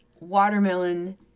watermelon